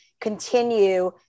continue